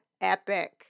epic